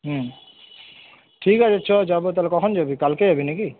হুম ঠিক আছে চল যাব তাহলে কখন যাবি কালকে যাবি নাকি